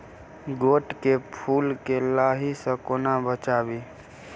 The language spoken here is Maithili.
गोट केँ फुल केँ लाही सऽ कोना बचाबी?